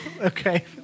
Okay